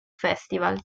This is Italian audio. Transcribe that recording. festival